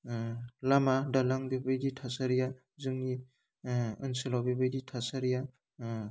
ओह लामा दालां बेबायदि थासारिया जोंनि ओह ओनसोलाव बेबायदि थासारिया ओह